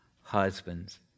husbands